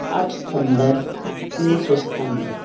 ਅੱਠ ਸਤੰਬਰ ਉੱਨੀ ਸੌ ਸਤਾਨਵੇਂ